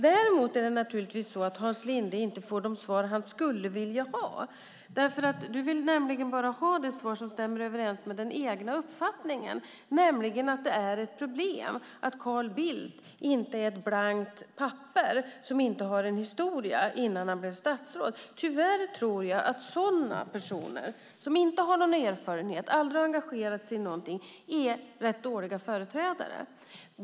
Däremot får Hans Linde naturligtvis inte de svar han skulle vilja ha. Hans Linde vill bara ha de svar som stämmer överens med den egna uppfattningen, nämligen att det är ett problem att Carl Bildt inte är ett blankt papper som inte har någon historia innan han blev statsråd. Jag tror att personer som inte har någon erfarenhet och aldrig har engagerat sig i någonting är rätt dåliga företrädare.